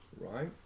right